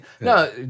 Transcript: No